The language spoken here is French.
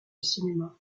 cinéma